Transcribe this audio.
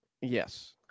yes